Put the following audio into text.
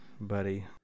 buddy